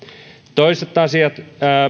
toisiin asioihin